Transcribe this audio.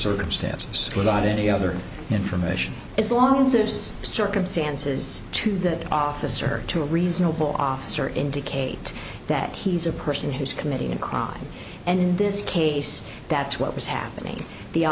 circumstances without any other information as long as there's circumstances to the officer to a reasonable officer indicate that he's a person who's committing a crime and in this case that's what was happening the